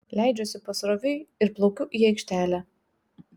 leidžiuosi pasroviui ir plaukiu į aikštelę